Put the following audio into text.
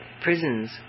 Prisons